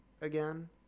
again